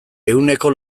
ehuneko